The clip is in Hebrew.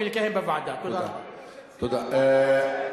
תודה רבה.